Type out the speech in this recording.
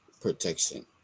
protection